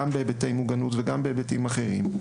גם בהיבטי מוגנות וגם בהיבטים אחרים.